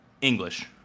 English